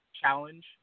challenge